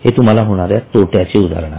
हे तुम्हाला होणाऱ्या तोट्याचे उदाहरण आहे